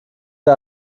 der